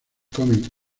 comen